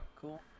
Cool